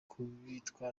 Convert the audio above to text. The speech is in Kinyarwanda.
gukubitwa